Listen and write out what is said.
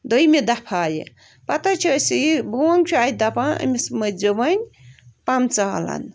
دوٚیمہِ دَفعہ یہِ پتہٕ حظ چھِ أسی یہِ بونٛگ چھُ اَتہِ دَپان أمِس مٔتھۍ زیٛو وۄنۍ پَمہٕ ژالن